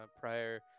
prior